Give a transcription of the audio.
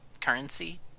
currency